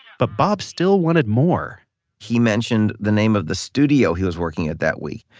but bob still wanted more he mentioned the name of the studio he was working at that week.